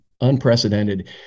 unprecedented